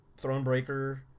Thronebreaker